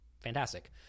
fantastic